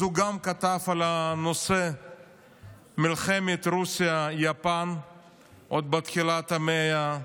אז הוא גם כתב בנושא מלחמת רוסיה יפן עוד בתחילת המאה.